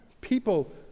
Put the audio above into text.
people